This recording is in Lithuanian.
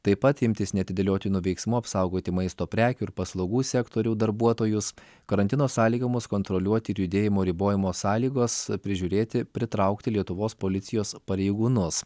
taip pat imtis neatidėliotinų veiksmų apsaugoti maisto prekių ir paslaugų sektorių darbuotojus karantino sąlygoms kontroliuoti ir judėjimo ribojimo sąlygos prižiūrėti pritraukti lietuvos policijos pareigūnus